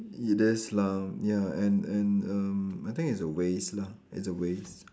it is lah ya and and um I think it's a waste lah it's a waste